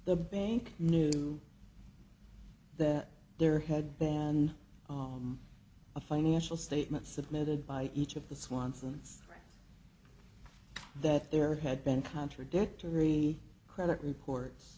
the bank knew the their head band oh a financial statement submitted by each of the swansons that there had been contradictory credit reports